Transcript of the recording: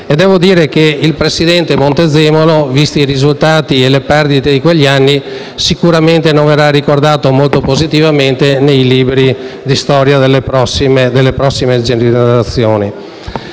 e devo dire che il presidente Montezemolo, visti i risultati e le perdite di quegli anni, sicuramente non verrà ricordato molto positivamente nei libri di storia delle prossime generazioni.